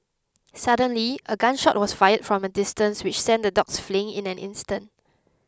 suddenly a gun shot was fired from a distance which sent the dogs fleeing in an instant